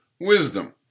Wisdom